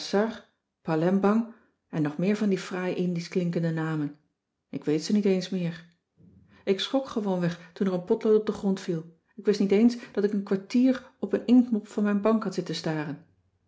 palembang en nog meer van die fraai indisch klinkende namen ik weet ze niet eens meer ik schrok gewoonweg toen er een potlood op den grond viel ik wist niet eens dat ik een kwartier op een inktmop van mijn bank had zitten staren